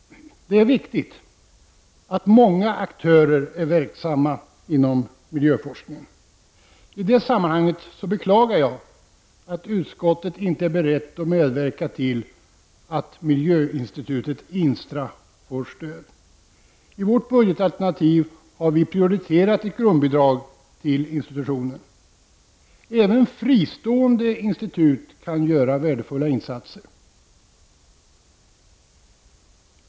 Det är viktigt att många aktörer är verksamma inom miljöforskningen. I det sammanhanget beklagar jag att utskottet inte är berett att medverka till att miljöinstitutet INSTRA får stöd. I vårt budgetalternativ har vi prioriterat ett grundbidrag till institutionen. Även fristående institut kan göra värdefulla insatser.